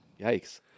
yikes